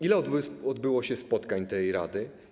Ile odbyło się spotkań tej rady?